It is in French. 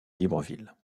libreville